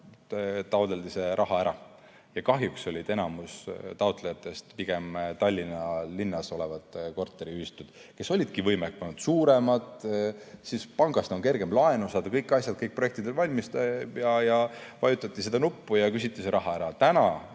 taotleti see raha ära. Ja kahjuks olid enamik taotlejatest pigem Tallinna linna korteriühistud, kes olidki võimekamad, suuremad jne. Pangast oli neil kergem laenu saada, kõik asjad, kõik projektid olid valmis, vajutati seda nuppu ja küsiti see raha ära.